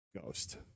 Ghost